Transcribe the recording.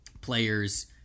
players